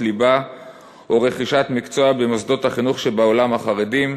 ליבה או ברכישת מקצוע במוסדות החינוך שבעולם החרדי,